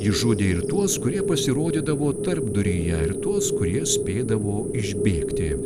išžudė ir tuos kurie pasirodydavo tarpduryje ir tuos kurie spėdavo išbėgti